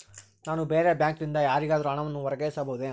ನಾನು ಬೇರೆ ಬ್ಯಾಂಕ್ ಲಿಂದ ಯಾರಿಗಾದರೂ ಹಣವನ್ನು ವರ್ಗಾಯಿಸಬಹುದೇ?